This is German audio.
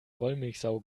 wollmilchsau